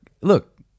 look